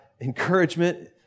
encouragement